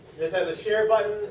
this has a share button.